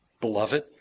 Beloved